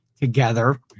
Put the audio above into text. together